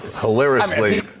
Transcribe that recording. hilariously